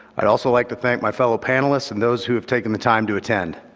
i'd also like to thank my fellow panelists and those who have taken the time to attend.